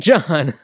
John